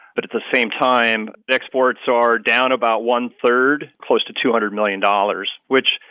but at the same time, exports are down about one-third, close to two hundred million dollars, which,